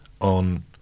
on